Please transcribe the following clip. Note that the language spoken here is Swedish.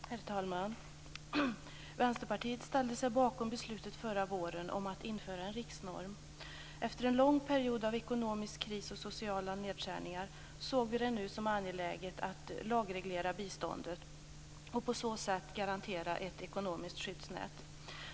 Herr talman! Vänsterpartiet ställde sig bakom beslutet förra våren om att införa en riksnorm. Efter en lång period av ekonomisk kris och sociala nedskärningar såg vi det nu som angeläget att lagreglera biståndet och på så sätt garantera ett ekonomiskt skyddsnät.